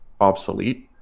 obsolete